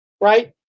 right